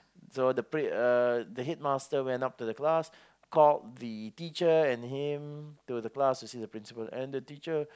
so the pri~ uh the headmaster went up to the class called the teacher and him to the class to see the principle and the teacher